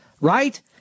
right